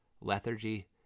lethargy